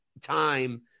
time